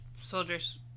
soldiers